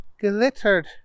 glittered